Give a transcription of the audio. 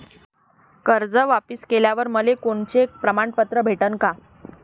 कर्ज वापिस केल्यावर मले कोनचे प्रमाणपत्र भेटन का?